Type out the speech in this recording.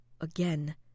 again